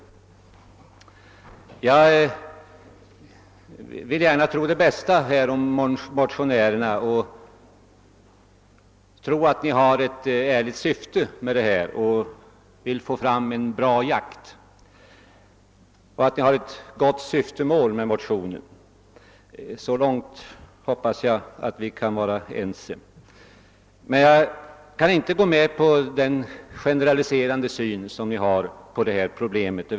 Jag vill gärna tro det bästa om motionärerna. Jag utgår från att de har ett ärligt syfte med motionen och vill åstadkomma en bra jakt. Så långt hoppas jag att vi kan vara ense. Men jag kan inte gå med på motionärernas generaliserande syn på detta problem.